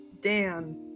Dan